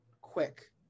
quick